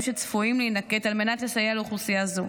שצפויים להינקט על מנת לסייע לאוכלוסייה זו.